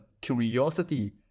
curiosity